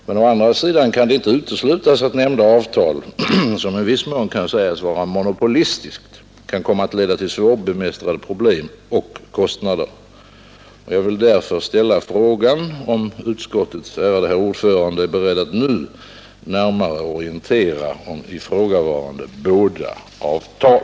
Men å andra sidan kan det inte uteslutas att nämnda avtal, som i viss mån kan sägas vara monopolistiskt, kan komma att leda till svårbemästrade problem och kostnader. Jag vill därför ställa frågan, om utskottets ärade herr ordförande är beredd att nu närmare orientera om ifrågavarande båda avtal.